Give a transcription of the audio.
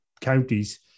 counties